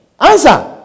Answer